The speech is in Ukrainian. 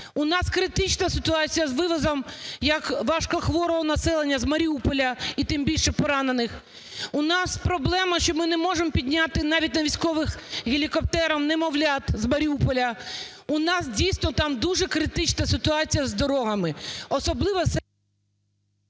У нас критична ситуація з вивозом як важкохворого населення з Маріуполя і тим більше поранених. У нас проблема, що ми не можемо підняти навіть на військових гелікоптерах немовлят з Маріуполя. У нас, дійсно, там дуже критична ситуація з дорогами,